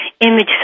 image